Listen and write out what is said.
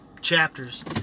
chapters